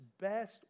best